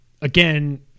Again